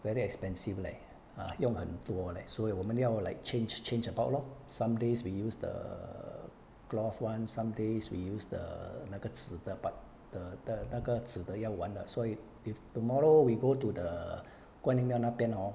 very expensive leh ah 用很多 leh 所以我们要 like change change about lor some days we use the err cloth [one] some days we use the err 那个纸的 but the the 那个纸的要完了所以 if tomorrow we go to the 观音庙那边 hor